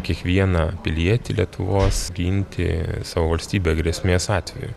kiekvieną pilietį lietuvos ginti savo valstybę grėsmės atveju